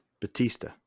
Batista